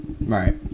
right